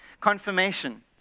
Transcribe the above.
confirmation